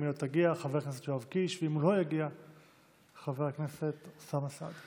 אם היא לא תגיע, חבר הכנסת יואב קיש,